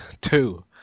two